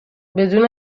بدون